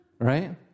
Right